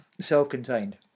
self-contained